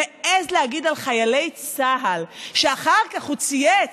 והוא מעז להגיד על חיילי צה"ל, אחר כך הוא צייץ: